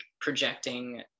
projecting